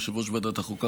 יושב-ראש ועדת החוקה,